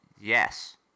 Yes